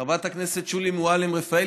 חברת הכנסת שולי מועלם-רפאלי,